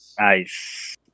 Nice